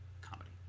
comedy